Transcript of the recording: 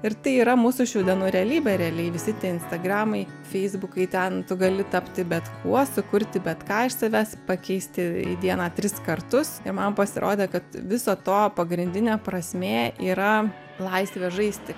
ir tai yra mūsų šių dienų realybė realiai visi tie insta gramai feisbukai ten tu gali tapti bet kuo sukurti bet ką iš savęs pakeisti dieną tris kartus ir man pasirodė kad viso to pagrindinė prasmė yra laisvė žaisti